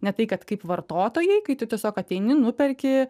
ne tai kad kaip vartotojai kai tu tiesiog ateini nuperki